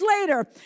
later